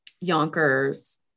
Yonkers